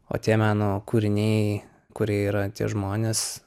o tie meno kūriniai kurie yra tie žmonės